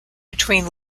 between